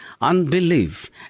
unbelief